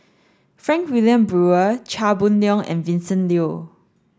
Frank Wilmin Brewer Chia Boon Leong and Vincent Leow